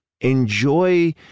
enjoy